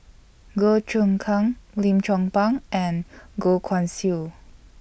Goh Choon Kang Lim Chong Pang and Goh Guan Siew